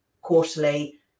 quarterly